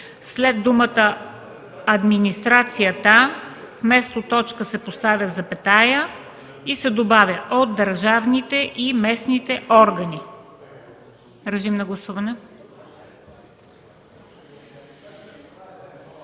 след думата „администрацията” вместо точка се поставя запетая и се добавя „от държавните и местните органи”. Гласували